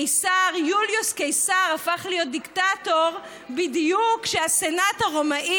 יוליוס קיסר הפך להיות דיקטטור בדיוק כשהסנאט הרומי